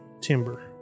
timber